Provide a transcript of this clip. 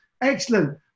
Excellent